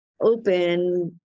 open